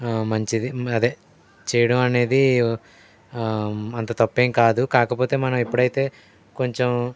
మంచిది అదే చేయడం అనేది అంత తప్పేం కాదు కాకపోతే మనం ఎప్పుడైతే కొంచెం